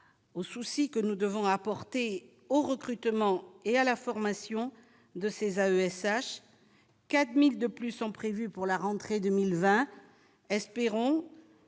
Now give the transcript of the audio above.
aux soucis que nous devons apporter au recrutement et à la formation de ces AESH 4000 de plus sont prévus pour la rentrée 2020, espérons